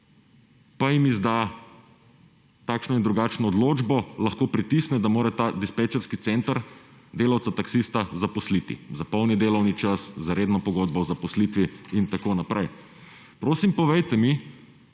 pa jim izda takšno in drugačno odločbo, lahko pritisne, da mora ta dispečerski center delavca taksista zaposliti, za polni delovni čas, za redno pogodbo o zaposlitvi in tako naprej. Prosim, povejte mi,